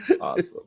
awesome